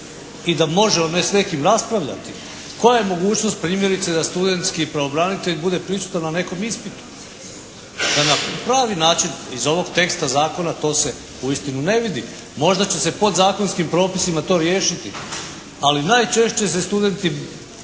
i da može on s nekim raspravljati, koja je mogućnost primjerice da studentski pravobranitelj bude prisutan na nekom ispitu da na pravi način iz ovog teksta zakona to se uistinu ne vidi. Možda će se podzakonskim propisima to riješiti ali najčešće se studenti